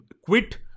quit